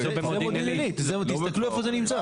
זה מודיעין עילית, תסתכלו איפה זה נמצא.